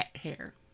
hair